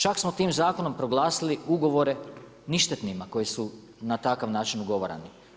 Čak smo tim zakonom proglasili ugovore ništetnima koji su na takav način ugovarani.